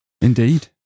indeed